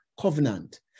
covenant